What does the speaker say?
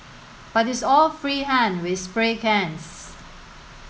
but it's all free hand with spray cans